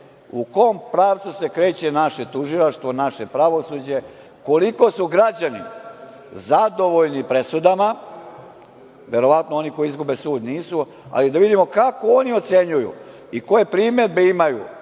u kom pravcu se kreće naše tužilaštvo, naše pravosuđe, koliko su građani zadovoljni presudama, verovatno oni koji izgube sud nisu, ali da vidimo kako oni ocenjuju i koje primedbe imaju